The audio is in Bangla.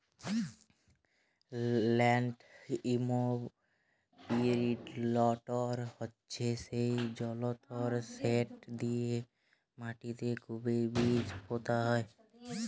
ল্যাল্ড ইমপিরিলটর হছে সেই জলতর্ যেট দিঁয়ে মাটিতে খুবই বীজ পুঁতা হয়